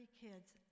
kids